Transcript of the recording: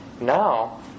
now